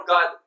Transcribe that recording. God